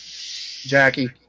Jackie